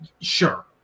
Sure